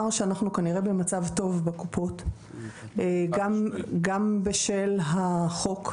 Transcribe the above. שאנחנו בקופות כנראה במצב טוב גם בשל החוק.